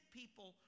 people